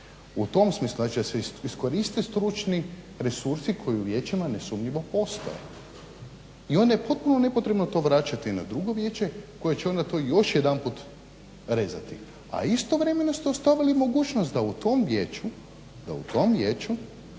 u tom smislu, da se iskoriste stručni resursi koji u vijećima nesumnjivo postoje, i onda je potpuno nepotrebno to vraćati na drugo vijeće koje će to onda još jedanput rezati. A istovremeno ste osnovali mogućnost da u tom vijeću, da u tom vijeću